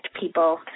people